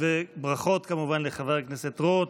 ברכות, כמובן, לחבר הכנסת רוט.